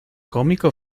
cómico